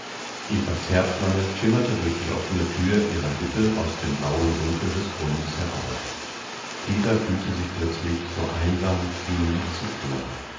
evas herdflamme schimmerte durch die offene tür ihrer hütte aus dem blauen dunkel des grunds herauf peter fühlte sich plötzlich so einsam wie nie zuvor